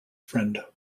friend